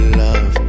love